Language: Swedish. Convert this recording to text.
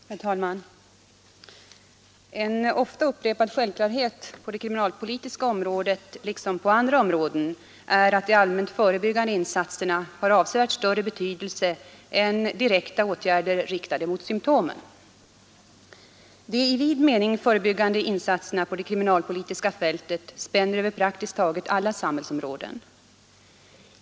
Herr talman! En ofta upprepad självklarhet på det kriminalpolitiska området liksom på andra områden är att de allmänt förebyggande insatserna har avsevärt större betydelse än direkta åtgärder riktade mot symtomen. De i vid mening förebyggande insatserna på det kriminalpolitiska fältet spänner över praktiskt taget alla samhällsområden.